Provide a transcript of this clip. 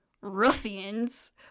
ruffians